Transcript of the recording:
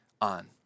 on